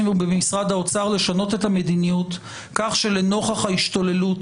ובמשרד האוצר לשנות את המדיניות כך שנוכח ההשתוללות